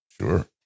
Sure